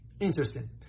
Interesting